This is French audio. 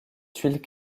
tuiles